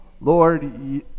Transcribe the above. lord